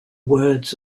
words